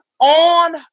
on